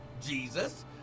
Jesus